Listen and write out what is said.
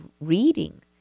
reading